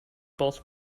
both